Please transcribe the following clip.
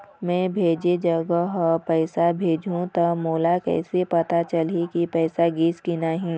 मैं भेजे जगह पैसा भेजहूं त मोला कैसे पता चलही की पैसा गिस कि नहीं?